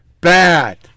bad